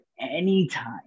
anytime